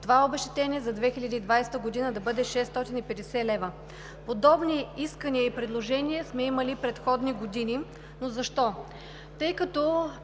това обезщетение за 2020 г. да бъде 650 лв. Подобни искания и предложения сме имали и в предходни години. Защо?